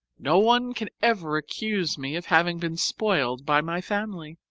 no one can ever accuse me of having been spoiled by my family!